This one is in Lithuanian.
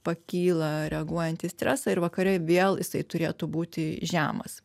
pakyla reaguojant į stresą ir vakare vėl jisai turėtų būti žemas